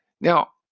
Now